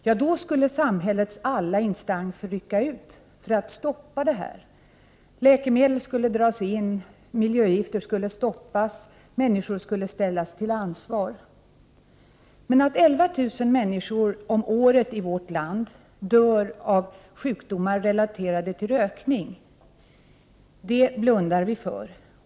Ja, då skulle samhällets alla instanser rycka ut för att stoppa detta. Läkemedel skulle dras in, miljögifter skulle stoppas, människor skulle ställas till ansvar. Men att 11 500 människor om året i vårt land dör av sjukdomar relaterade till rökning, det blundar vi för.